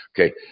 Okay